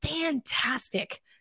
fantastic